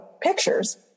pictures